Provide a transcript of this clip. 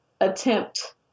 attempt